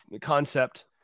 concept